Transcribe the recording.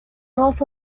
north